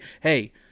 hey